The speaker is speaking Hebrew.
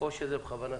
לעיתים זה בכוונת